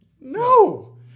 No